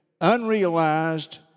unrealized